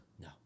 No